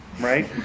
right